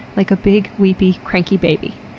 like a big weepy cranky baby.